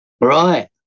Right